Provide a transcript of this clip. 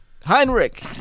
Heinrich